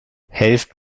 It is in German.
helft